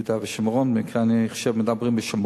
יהודה שומרון, אני חושב שבעיקר מדברים בשומרון.